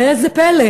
ראה זה פלא,